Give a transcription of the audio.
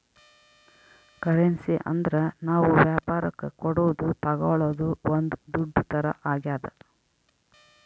currency ಅಂದ್ರ ನಾವ್ ವ್ಯಾಪರಕ್ ಕೊಡೋದು ತಾಗೊಳೋದು ಒಂದ್ ದುಡ್ಡು ತರ ಆಗ್ಯಾದ